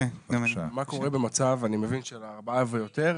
אני מבין מצב של ארבעה ויותר,